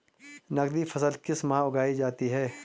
नकदी फसल किस माह उगाई जाती है?